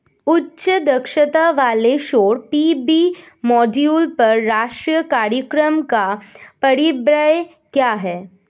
उच्च दक्षता वाले सौर पी.वी मॉड्यूल पर राष्ट्रीय कार्यक्रम का परिव्यय क्या है?